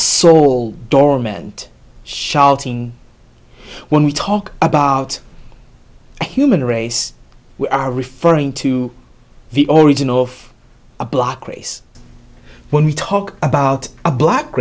soul dormant shouting when we talk about the human race we are referring to the origin of a block race when we talk about a black